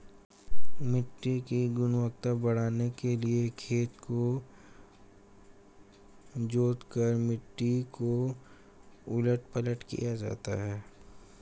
मिट्टी की गुणवत्ता बढ़ाने के लिए खेत को जोतकर मिट्टी को उलट पलट दिया जाता है